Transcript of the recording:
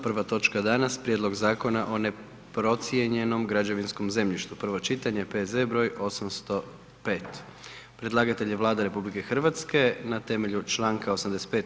Prva točka danas: - Prijedlog zakona o neprocijenjenom građevinskom zemljištu, prvo čitanje, P.Z. br. 805 Predlagatelj je Vlada RH na temelju članka 85.